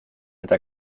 eta